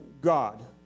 God